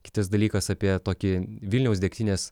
kitas dalykas apie tokį vilniaus degtinės